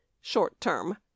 short-term